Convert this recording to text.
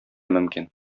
мөмкин